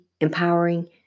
empowering